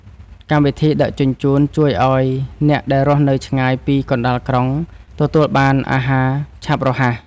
កម្មវិធីដឹកជញ្ជូន ជួយឱ្យអ្នកដែលរស់នៅឆ្ងាយពីកណ្ដាលក្រុង ទទួលបានអាហារឆាប់រហ័ស។